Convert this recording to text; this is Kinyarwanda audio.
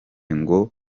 ngo